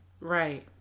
Right